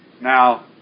Now